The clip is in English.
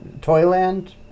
Toyland